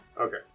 Okay